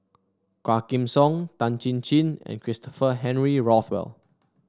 Quah Kim Song Tan Chin Chin and Christopher Henry Rothwell